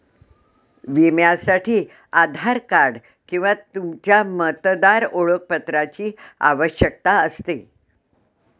विम्यासाठी आधार कार्ड किंवा तुमच्या मतदार ओळखपत्राची आवश्यकता असते